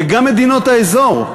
וגם מדינות האזור.